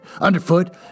Underfoot